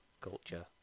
culture